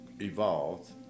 evolved